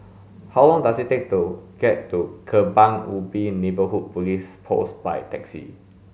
how long does it take to get to Kebun Ubi Neighbourhood Police Post by taxi